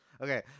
okay